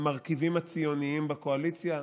המרכיבים הציוניים בקואליציה?